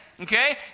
Okay